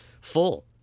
full